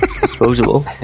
Disposable